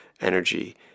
energy